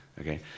Okay